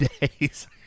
days